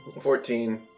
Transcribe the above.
Fourteen